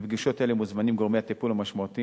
לפגישות מוזמנים גורמי הטיפול המשמעותיים